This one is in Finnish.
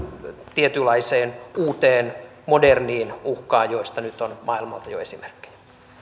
tietynlaiseen uuteen moderniin uhkaan josta nyt on maailmalta jo esimerkkejä